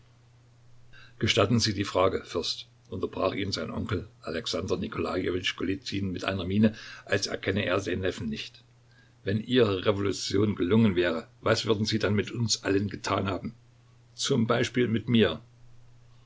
gestatten sie die frage fürst unterbrach ihn sein onkel alexander nikolajewitsch golizyn mit einer miene als erkenne er den neffen nicht wenn ihre revolution gelungen wäre was würden sie dann mit uns allen getan haben zum beispiel mit mir